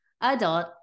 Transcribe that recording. adult